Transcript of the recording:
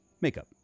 makeup